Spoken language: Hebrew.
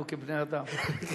אנחנו כבני-אדם.